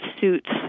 suits